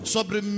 Sobre